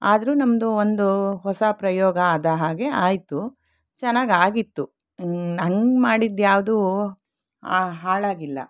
ಆದರೂ ನಮ್ಮದು ಒಂದು ಹೊಸ ಪ್ರಯೋಗ ಆದ ಹಾಗೆ ಆಯಿತು ಚೆನ್ನಾಗಿ ಆಗಿತ್ತು ನನಗೆ ಮಾಡಿದ ಯಾವುದು ಹಾಳಾಗಿಲ್ಲ